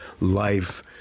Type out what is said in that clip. life